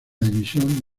división